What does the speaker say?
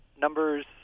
numbers